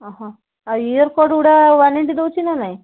ଅ ହଁ ଆଉ ଇୟର୍ କର୍ଡ଼୍ଗୁଡ଼ା ୱାରେଣ୍ଟି ଦେଉଛି ନା ନାହିଁ